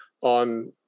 on